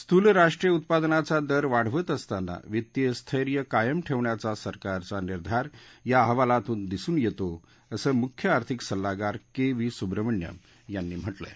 स्थूल राष्ट्रीय उत्पादनाचा दर वाढवत असतानाच वित्तीय स्थैर्य कायम ठेवण्याचा सरकारचा निर्धार या अहवालातून दिसून येतो मुख्य आर्थिक सल्लागार के व्ही सुब्रमणियन यांनी म्हटलंय